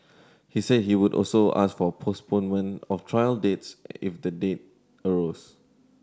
he said he would also ask for a postponement of trial dates if the day arose